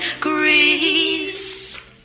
Greece